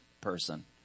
person